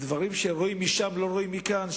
דברים שרואים משם לא רואים מכאן,